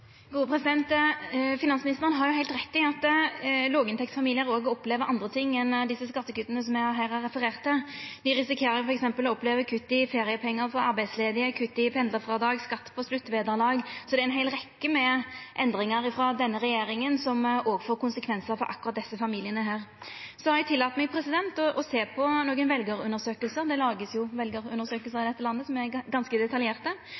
Finansministeren har heilt rett i at låginntektsfamiliar òg opplever andre ting enn dei skattekutta som eg her har referert til. Dei risikerer f.eks. å oppleva kutt i feriepengar for arbeidsledige, kutt i pendlarfrådrag og skatt på sluttvederlag. Det er ei heil rekkje med endringar frå denne regjeringa som òg får konsekvensar for akkurat desse familiane. Så har eg tillate meg å sjå på nokre veljarundersøkingar – det vert laga nokre veljarundersøkingar i dette landet som er ganske